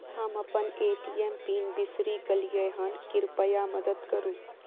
हम अपन ATM PIN बिसरि गलियै हन, कृपया मदद करु